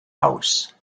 house